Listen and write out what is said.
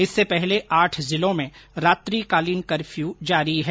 इससे पहले आठ जिलों में रात्रिकालीन कफ्यू जारी है